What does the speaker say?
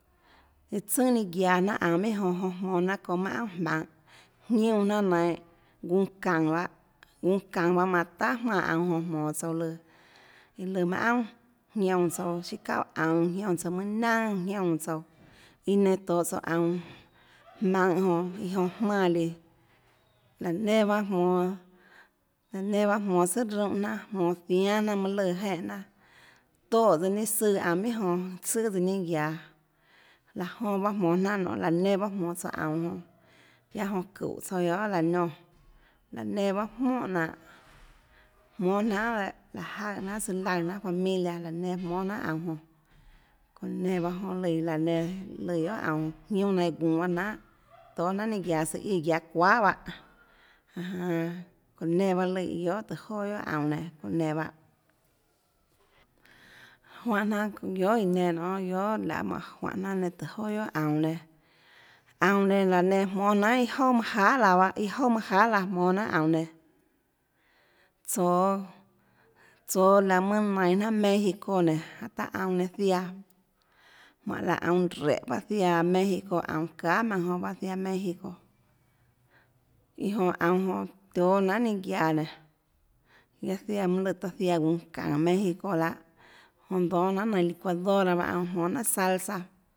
Iã tsønà ninâ guiaå jnanà aunå minhà jonã jonã jmonå jnanà çounã minã aunà jmaønhå jiúnã jnanà nainhå guunå çaùnå bahâ guunå çaùnå bahâ manã ahà jmánã aunå jonã jmonå tsouã lùã iã lùã manâ aunàjiúnã tsouã chiâ çauà aunå jiúnã tsouãmønâ naønà jiúnã tsouã iã nenã tohå tsouã aunå jmaønhå jonã jonã jmánã líã laã nenã bahâ jmonå laã nenã bahâ jmonå tsùà rúnhã jnanà jmonå ziánâ jnanà mønâ lùã jenè jnanà toè tsøã inâ søã aunå minhà jonã jonã tsøà tsøã ninâ guiaå laã jonã bahã jmonå jnanà nonê laã nenã bahâ jmonå tsouã aunå jonã guiaâ jonã çúhå tsouã guiohà láhã niñã laã nenã bahâ jmónhà jnanhå jmónâjnanhà dehâ láhå jaøè jnanhà søã laùã jnanhà familia laã nenã jmónâ jnanhà aunå jonã çounã nenã jonã lùã laã nenã løã guiohà aunå jiúnâ nainhå guunå bahâ jnanhà tóâ jnanà ninâ guiaå søã íã guiaå çuahà bahâ janå jánâ laå nenã bahâ lùã guiohà tùhå joà guiohà aunå nenã çonã nenã bahâ juánhã jnanà guiohà iã nenã nonê guiohà lahê mánhå juanê jnanâ nenã guiohà tùhå joà guiohà aunå nenã aunå nenã laå nenã jmónâ jnanhà iâ jouà manã jahà laã bahâ iâ jouà manã jahà laã jmónâ jnanhà aunå nenã tsoå tsoå laå mønã nainhå jnanà mexico nénå taã aunå nenã ziaã jmánhå laã aunå réhå bahâ ziaã mexico aunå çahà jonã bahã ziaã mexico iã jonã aunå jonã tióâ jnanhà ninâ guiaå nénå guiaâ ziaã mønã lùã taã ziaã guunå çaùnå mexico lahâ jonã dónâ jnanhà nainhå licuadora jonã jmónâ jnanhà salsa